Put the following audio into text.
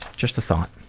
just a thought.